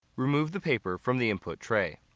remove the paper from the input tray.